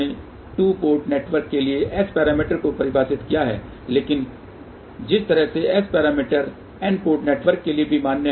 यहां हमने 2 port network के लिए S पैरामीटर को परिभाषित किया है लेकिन जिस तरह से S parameter n port network के लिए भी मान्य हैं